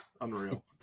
Unreal